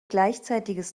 gleichzeitiges